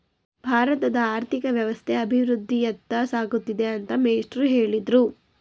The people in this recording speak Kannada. ಭಾರತದ ಆರ್ಥಿಕ ವ್ಯವಸ್ಥೆ ಅಭಿವೃದ್ಧಿಯತ್ತ ಸಾಗುತ್ತಿದೆ ಅಂತ ಮೇಷ್ಟ್ರು ಹೇಳಿದ್ರು